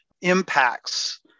impacts